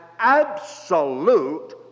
absolute